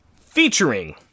Featuring